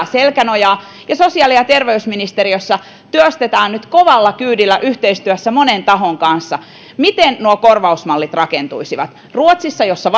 selkänojaa ja sosiaali ja terveysministeriössä työstetään nyt kovalla kyydillä yhteistyössä monen tahon kanssa miten nuo korvausmallit rakentuisivat ruotsissa jossa